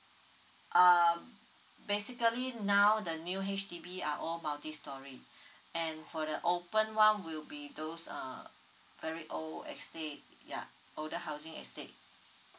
uh basically now the new H_D_B are all multistorey and for the open one will be those err very old estate ya older housing estate